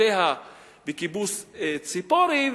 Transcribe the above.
מאדמותיו של קיבוץ ציפורי,